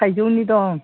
थाइजौनि दं